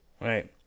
right